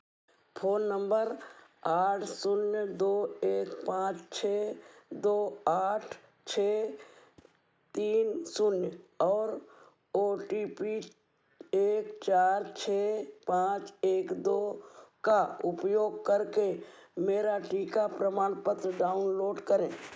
phone number आठ शून्य दो एक पाँच छः दो आठ छः तीन शून्य और ओ टी पी एक चार छः पाँच एक दो का उपयोग करके मेरा टीका प्रमाणपत्र डाउनलोड करें